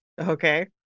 Okay